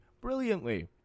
Brilliantly